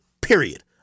period